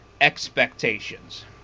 expectations